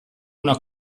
una